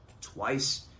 twice